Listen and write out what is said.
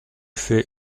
fait